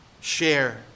share